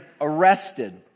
arrested